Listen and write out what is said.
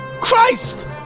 Christ